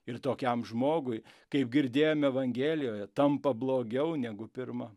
ir tokiam žmogui kaip girdėjom evangelijoje tampa blogiau negu pirma